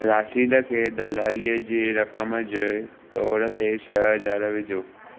राशिद खे दलालीअ जी रक़म जे तौरु ते छह हज़ार विझो